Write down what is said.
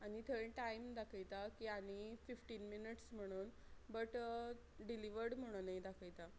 आनी थंय टायम दाखयता की आनी फिफ्टीन मिनट्स म्हणून बट डिलिव्हर्ड म्हणुनय दाखयता